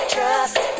Trust